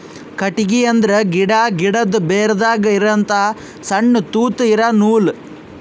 ಕಟ್ಟಿಗಿ ಅಂದ್ರ ಗಿಡಾ, ಗಿಡದು ಬೇರದಾಗ್ ಇರಹಂತ ಸಣ್ಣ್ ತೂತಾ ಇರಾ ನೂಲ್